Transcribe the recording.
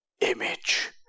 image